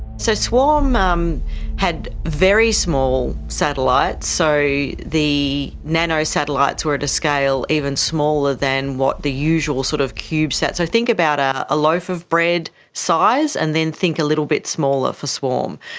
so swarm um had very small satellites. so the nano-satellites were at a scale even smaller than what the usual sort of cubesat, so think about ah a loaf of bread size, and then think a little bit smaller for swarm.